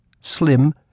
Slim